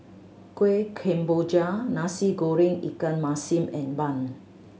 Kuih Kemboja Nasi Goreng ikan masin and bun